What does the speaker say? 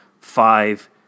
five